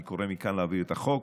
אני קורא מכאן להעביר את החוק